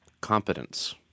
competence